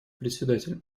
председатель